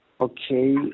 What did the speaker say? Okay